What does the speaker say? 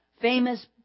famous